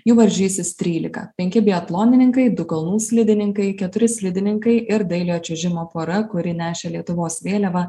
jų varžysis trylika penki biatlonininkai du kalnų slidininkai keturi slidininkai ir dailiojo čiuožimo pora kuri nešė lietuvos vėliavą